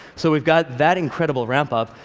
so we've got that incredible ramp-up.